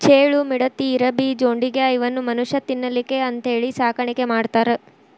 ಚೇಳು, ಮಿಡತಿ, ಇರಬಿ, ಜೊಂಡಿಗ್ಯಾ ಇವನ್ನು ಮನುಷ್ಯಾ ತಿನ್ನಲಿಕ್ಕೆ ಅಂತೇಳಿ ಸಾಕಾಣಿಕೆ ಮಾಡ್ತಾರ